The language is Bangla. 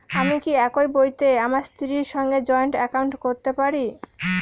আমি কি একই বইতে আমার স্ত্রীর সঙ্গে জয়েন্ট একাউন্ট করতে পারি?